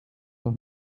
doch